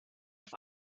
auf